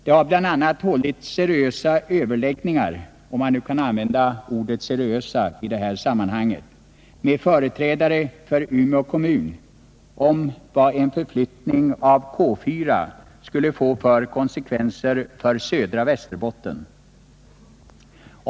Det har bl.a. hållits seriösa överläggningar — om man nu kan använda ordet ”seriösa” i detta sammanhang — med företrädare för Umeå kommun om vad en förflyttning av K 4 skulle få för konsekvenser för södra Västerbotten.